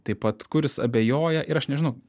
taip pat kuris abejoja ir aš nežinau